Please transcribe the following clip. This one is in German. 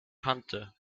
kannte